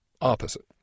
opposite